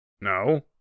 No